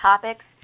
topics